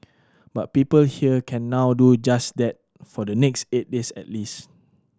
but people here can now do just that for the next eight days at least